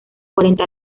cuarenta